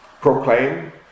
proclaim